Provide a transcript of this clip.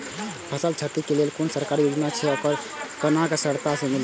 फसल छति के लेल कुन सरकारी योजना छै आर केना सरलता से मिलते?